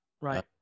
Right